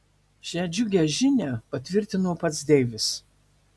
šią džiugią žinią patvirtino pats deivis